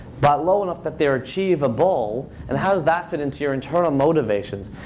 but low enough that they're achievable, and how does that fit into your internal motivations?